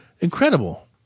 Incredible